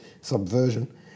Subversion